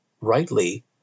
rightly